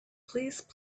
please